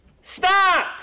stop